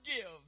give